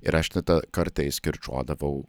ir aš tada kartais kirčiuodavau